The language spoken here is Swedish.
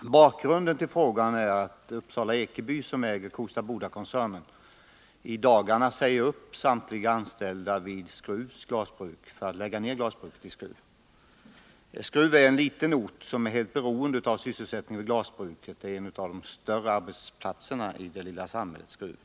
Bakgrunden till frågan är att Upsala-Ekeby AB, som äger Kosta Boda-koncernen, i dagarna säger upp samtliga anställda vid Skrufs Glasbruk för att lägga ned detta glasbruk. Skruv är en liten ort som är helt beroende av sysselsättningen vid glasbruket. Det är en av de större arbetsplatserna i det lilla samhället Skruv.